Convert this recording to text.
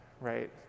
right